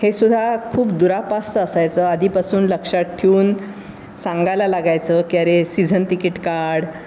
हे सुद्धा खूप दुरापास्त असायचं आधीपासून लक्षात ठेवून सांगायला लागायचं की अरे सीझन तिकीट काढ